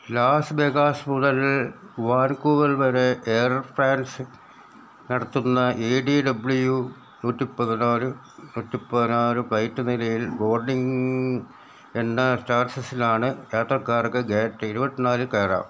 Las Vegas മുതൽ Vancouver വരെ Air France നടത്തുന്ന ഇ ഡി ഡബ്ലിയു നൂറ്റി പതിനാല് നൂറ്റി പതിനാല് ഫ്ലൈറ്റ് നിലവിൽ ബോർഡിംഗ് എന്ന സ്റ്റാറ്റസിലാണ് യാത്രക്കാർക്ക് ഗേറ്റ് ഇരുപത്തിനാലിൽ കയറാം